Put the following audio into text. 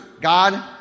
God